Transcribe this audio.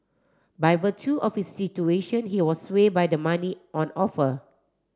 by virtue of his situation he was sway by the money on offer